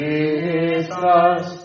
Jesus